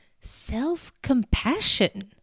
self-compassion